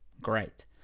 Great